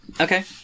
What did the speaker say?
Okay